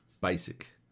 basic